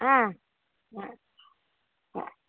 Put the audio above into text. ஆ ஆ ஆ